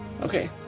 okay